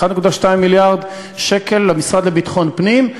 1.2 מיליארד שקל למשרד לביטחון פנים,